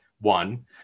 one-